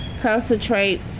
concentrate